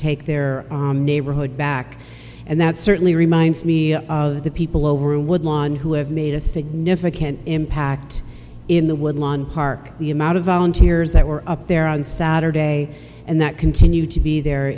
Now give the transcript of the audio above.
take their neighborhood back and that certainly reminds me of the people over woodlawn who have made a significant impact in the woodlawn park the amount of volunteers that were up there on saturday and that continue to be there